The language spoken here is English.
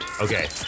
Okay